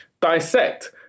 dissect